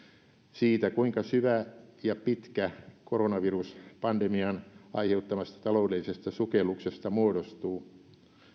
siitä kuinka syvä ja pitkä koronaviruspandemian aiheuttamasta taloudellisesta sukelluksesta muodostuu